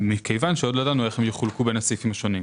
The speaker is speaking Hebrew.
מכיוון שעוד לא ידענו איך הדברים יחולקו בין הסעיפים השונים.